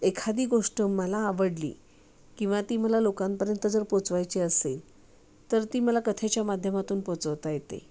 एखादी गोष्ट मला आवडली किंवा ती मला लोकांपर्यंत जर पोहोचवायची असेल तर ती मला कथेच्या माध्यमातून पोहोचवता येते